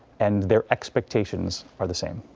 and their expectations are the same.